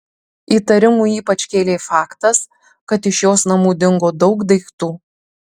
įtarimų ypač kėlė faktas kad iš jos namų dingo daug daiktų